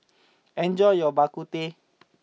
enjoy your Bak Kut Teh